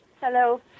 Hello